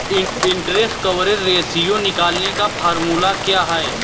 Interest coverage ratio निकालने का formula क्या है?